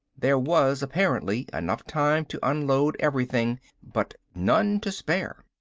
there was apparently enough time to unload everything but none to spare.